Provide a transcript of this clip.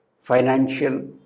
financial